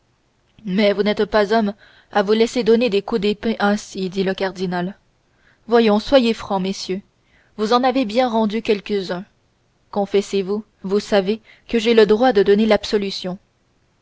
mais vous n'êtes pas hommes à vous laisser donner des coups d'épée ainsi dit le cardinal voyons soyez francs messieurs vous en avez bien rendu quelques-uns confessez-vous vous savez que j'ai le droit de donner l'absolution